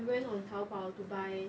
I went on 淘宝 to buy